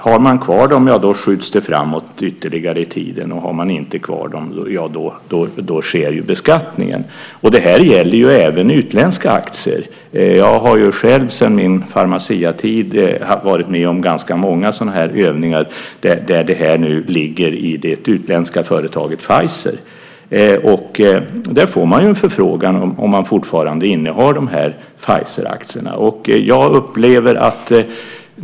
Har man kvar dem skjuts skatten framåt ytterligare i tiden. Har man dem inte kvar sker beskattning. Det gäller även utländska aktier. Jag har själv sedan min Pharmaciatid varit med om ganska många sådana övningar. Det ligger nu i det utländska företaget Pfizer. Man får en förfrågan om man fortfarande innehar Pfizeraktierna.